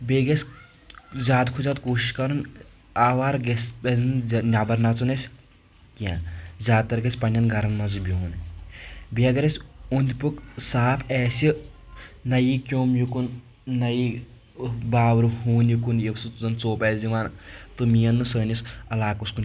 بیٚیہِ گژھِ زیادٕ کھۄتہٕ زیادٕ کوٗشش کرٕنۍ آوارٕ گژھِ پزِ نہٕ نٮ۪بر نژُن اسہِ کینٛہہ زیادٕ تر گژھِ پننٮ۪ن گرن منٛزٕے بِہُن بیٚیہِ اگر أسۍ اوٚنٛد پوٚک صاف آسہِ نہ ییہِ کیوٚم یِکُن نہ یِیہِ باورٕ ہوٗن یِکُن یُس زن ژوٚپ آسہِ دِوان تِم یِن نہٕ سٲنِس علاقس کُن